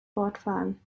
fortfahren